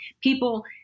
people